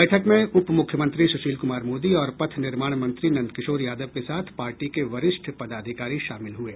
बैठक में उपमुख्यमंत्री सूशील कुमार मोदी और पथ निर्माण मंत्री नंदकिशोर यादव के साथ पार्टी के वरिष्ट पदाधिकारी शामिल हुये